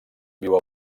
viu